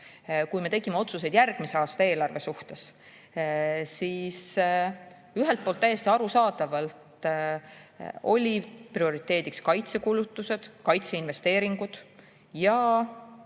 kui me tegime otsuseid järgmise aasta eelarve kohta, siis ühelt poolt täiesti arusaadavalt olid prioriteediks kaitsekulutused, kaitseinvesteeringud,